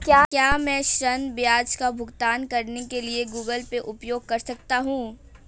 क्या मैं ऋण ब्याज का भुगतान करने के लिए गूगल पे उपयोग कर सकता हूं?